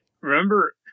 Remember